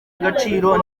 agaciro